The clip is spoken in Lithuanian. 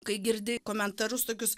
kai girdi komentarus tokius